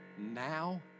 now